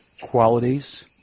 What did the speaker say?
qualities